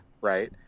right